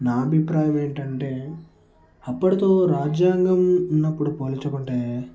నా అభిప్రాయం ఏంటంటే అప్పటితో రాజ్యాంగం ఉన్నప్పుడు పోల్చుకుంటే